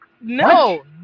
No